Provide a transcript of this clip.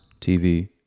TV